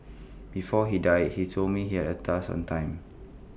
before he died he told me he had A task on time